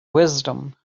wisdom